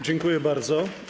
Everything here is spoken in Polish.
Dziękuję bardzo.